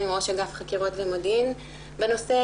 עם ראש אגף החקירות והמודיעין בנושא.